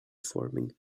forming